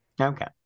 Okay